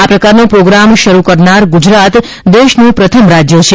આ પ્રકારનો પ્રોગ્રામ શરૂ કરનાર ગુજરાત દેશનું પ્રથમ રાજ્ય છે